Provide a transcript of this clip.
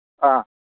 ꯑꯥ